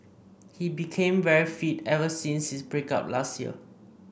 he became very fit ever since his break up last year